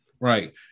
Right